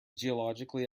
geologically